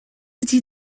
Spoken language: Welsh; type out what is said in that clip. ydy